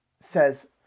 says